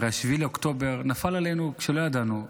הרי 7 באוקטובר נפל עלינו כשלא ידענו,